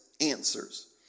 answers